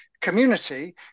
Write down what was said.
community